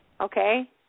Okay